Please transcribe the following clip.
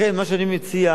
לכן מה שאני מציע,